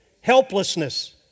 Helplessness